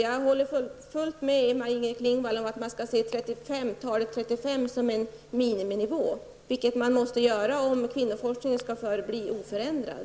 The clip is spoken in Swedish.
Jag håller helt med Maj-Inger Klingvall om att man skall se talet 35 som en miniminivå. Det måste man göra om kvinnoforskningen skall förbli oförändrad.